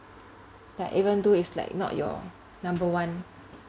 but even though it's like not your number one